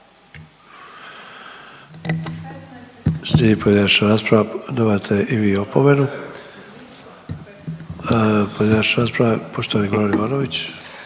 Slijedi pojedinačna rasprava, dobivate i vi opomenu. Pojedinačna rasprava je poštovani Goran Ivanović.